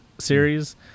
series